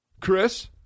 Chris